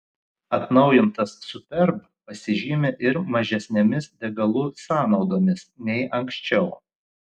atnaujintas superb pasižymi ir mažesnėmis degalų sąnaudomis nei anksčiau